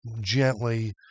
gently